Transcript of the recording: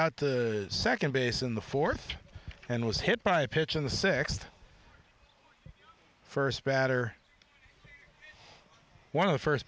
out the second base in the fourth and was hit by a pitch in the sixty first batter one of the first